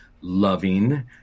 loving